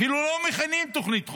אפילו לא מכינים תוכנית חומש.